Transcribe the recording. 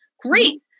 Great